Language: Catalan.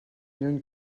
lluny